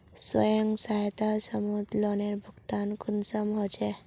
स्वयं सहायता समूहत लोनेर भुगतान कुंसम होचे?